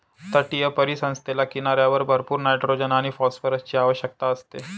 तटीय परिसंस्थेला किनाऱ्यावर भरपूर नायट्रोजन आणि फॉस्फरसची आवश्यकता असते